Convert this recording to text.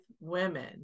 women